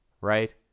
Right